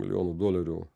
milijonų dolerių